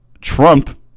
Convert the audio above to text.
Trump